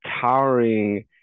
towering